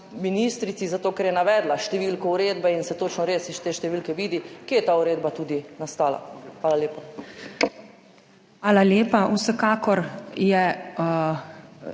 ministrici zato, ker je navedla številko uredbe, in se točno res iz te številke vidi, kje je ta uredba tudi nastala. Hvala lepa. **PREDSEDNICA